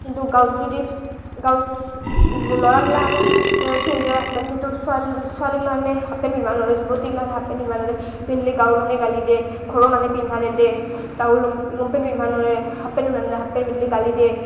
কিন্তু গাঁৱত যদি গাঁৱত ল'ৰাগিলাখানে পিন্ধে হাফপেণ্ট কিন্তু ছোৱাল ছোৱালীগিলাখানে হাফপেণ্ট পিন্ধবা নৰে যুৱতী গিলাখানে হাফপেণ্ট পিন্ধবা নৰে পিন্ধলি গাঁৱৰ মানুহে গালি দিয়ে ঘৰৰ মানুহে পিন্ধবা নেদেই তাহো লংপেণ্ট পিন্ধবা নৰেই হাফপেণ্ট পিন্ধবা নৰেই হাফপেণ্ট পিন্ধলি গালি দেই